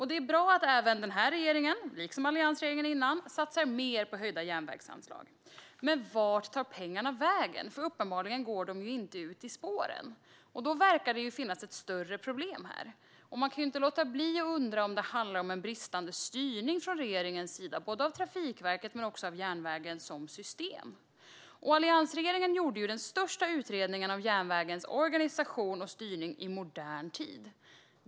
Det är bra att både den här regeringen och alliansregeringen dessförinnan satsar mer på höjda järnvägsanslag. Men vart tar pengarna vägen? Uppenbarligen går de inte ut i spåren. Det verkar finnas ett större problem. Man kan inte låta bli att undra om det handlar om en bristande styrning från regeringens sida, både av Trafikverket och av järnvägen som system. Alliansregeringen gjorde den största utredningen av järnvägens organisation och styrning i modern tid.